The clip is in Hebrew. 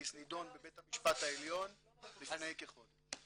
נידון בבית המשפט העליון לפני כחודש.